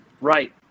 Right